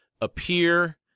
appear